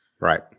Right